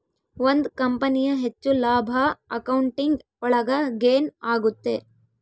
ಒಂದ್ ಕಂಪನಿಯ ಹೆಚ್ಚು ಲಾಭ ಅಕೌಂಟಿಂಗ್ ಒಳಗ ಗೇನ್ ಆಗುತ್ತೆ